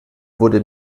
wurde